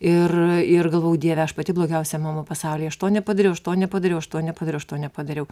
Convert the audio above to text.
ir ir galvojau dieve aš pati blogiausia mama pasaulyje aš to nepadariau aš to nepadariau aš to nepadariau aš to nepadariau